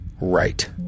right